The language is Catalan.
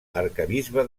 arquebisbe